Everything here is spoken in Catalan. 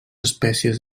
espècies